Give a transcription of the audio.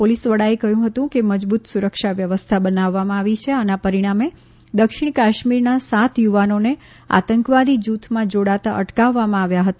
police વડાએ કહ્યું કે મજબૂત સુરક્ષા વ્યવસ્થા બનાવવામાં આવી છે આના પરિણામે દક્ષિણ કાશ્મીરના સાત યુવાનોને આતંકવાદી જૂથમાં જોડાતા અટકાવવામાં આવ્યા હતા